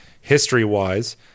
history-wise